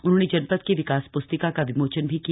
उन्होंने जनपद की विकास प्स्तिका का विमोचन भी किया